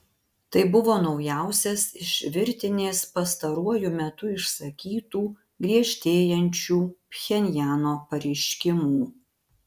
tai buvo naujausias iš virtinės pastaruoju metu išsakytų griežtėjančių pchenjano pareiškimų